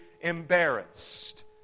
embarrassed